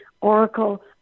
Oracle